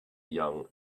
young